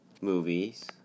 movies